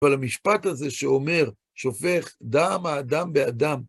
אבל המשפט הזה שאומר, שופך דם האדם באדם.